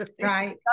Right